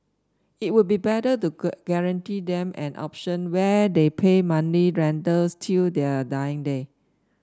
it would be better to guarantee them an option where they pay money rentals till their dying day